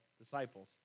disciples